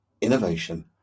innovation